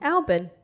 Albin